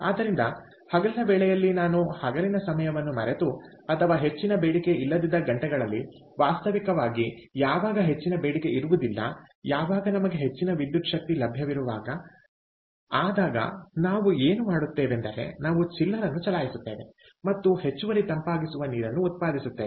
ಆದ್ದರಿಂದ ಹಗಲಿನ ವೇಳೆಯಲ್ಲಿ ನಾನು ಹಗಲಿನ ಸಮಯವನ್ನು ಮರೆತು ಅಥವಾ ಹೆಚ್ಚಿನ ಬೇಡಿಕೆ ಇಲ್ಲದಿದ್ದ ಗಂಟೆಗಳಲ್ಲಿ ವಾಸ್ತವಿಕವಾಗಿ ಯಾವಾಗ ಹೆಚ್ಚಿನ ಬೇಡಿಕೆ ಇರುವುದಿಲ್ಲ ಯಾವಾಗ ನಮಗೆ ಹೆಚ್ಚಿನ ವಿದ್ಯುತ್ ಶಕ್ತಿ ಲಭ್ಯವಿರುವಾಗ ಆದಾಗ ನಾವು ಏನು ಮಾಡುತ್ತೇವೆಂದರೆ ನಾವು ಚಿಲ್ಲರ್ ಅನ್ನು ಚಲಾಯಿಸುತ್ತೇವೆ ಮತ್ತು ಹೆಚ್ಚುವರಿ ತಂಪಾಗಿಸುವ ನೀರನ್ನು ಉತ್ಪಾದಿಸುತ್ತೇವೆ